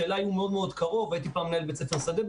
שאליי הוא מאוד מאוד קרוב הייתי מנהל בית ספר שדה.